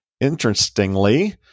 Interestingly